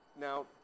now